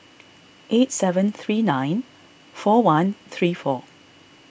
eight seven three nine four one three four